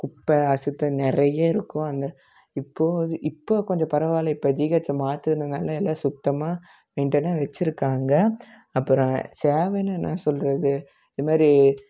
குப்பை அசுத்தம் நிறைய இருக்கும் அந்த இப்போது அது இப்போது கொஞ்சம் பரவாயில்ல இப்போ ஜிஹச்சை மாற்றிருதாங்கன்னா எல்லாம் சுத்தமாக மெயின்டைன்னாக வச்சுருக்காங்க அப்பறம் சேவைன்னா என்ன சொல்கிறது இது மாதிரி